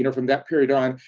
and from that period on,